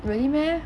really meh